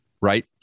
right